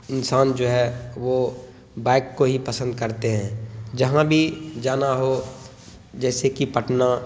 انسان جو ہے وہ بائک کو ہی پسند کرتے ہیں جہاں بھی جانا ہو جیسے کہ پٹنہ